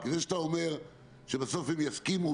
זה שאתה אומר שבסוף הם יסכימו,